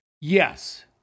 Yes